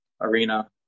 arena